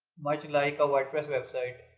much like a wordpress website.